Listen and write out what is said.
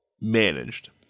managed